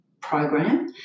program